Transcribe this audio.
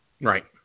Right